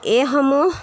এইসমূহ